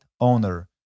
owner